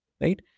right